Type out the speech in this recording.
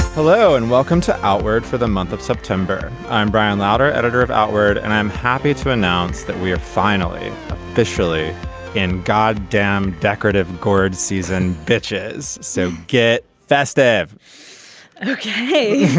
hello and welcome to outward for the month of september. i'm brian lauter editor of outward. and i'm happy to announce that we are finally officially in god damn decorative gourd season bitches so get festive okay.